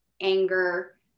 anger